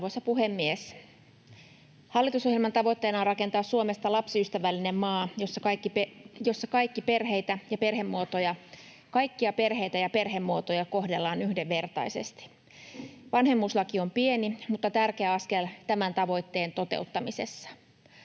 Arvoisa puhemies! Hallitusohjelman tavoitteena on rakentaa Suomesta lapsiystävällinen maa, jossa kaikkia perheitä ja perhemuotoja kohdellaan yhdenvertaisesti. Vanhemmuuslaki on pieni mutta tärkeä askel tämän tavoitteen toteuttamisessa.